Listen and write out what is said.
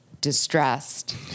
distressed